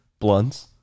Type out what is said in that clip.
blunts